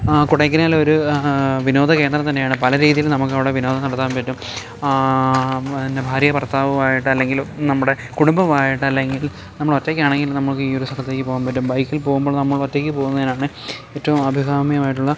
കൊടൈക്കനാലിലെ ഒരു വിനോദ കേന്ദ്രം തന്നെയാണ് പല രീതിയിൽ നമുക്കവിടെ വിനോദം നടത്താൻ പറ്റും പിന്നെ ഭാര്യ ഭർത്താവുമായിട്ട് അല്ലെങ്കിൽ നമ്മുടെ കുടുംബമായിട്ട് അല്ലെങ്കിൽ നമ്മൾ ഒറ്റയ്ക്കാണെങ്കിൽ നമുക്ക് ഈ ഒരു സ്ഥലത്തേക്ക് പോകാൻ പറ്റും ബൈക്കിൽ പോകുമ്പോൾ നമ്മൾ ഒറ്റയ്ക്ക് പോകുന്നതിനാണ് ഏറ്റവും അഭികാമ്യമായിട്ടുള്ള